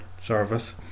service